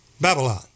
Babylon